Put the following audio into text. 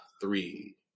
three